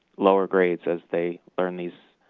lower grades as they learn these